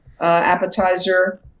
appetizer